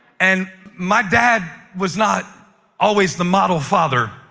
and my dad was not always the model father.